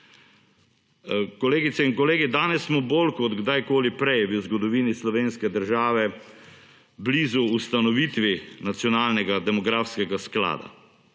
Kolegice in kolegi danes smo bolj kot kdaj koli prej v zgodovini slovenske države blizu ustanovitvi nacionalnega demografskega sklada.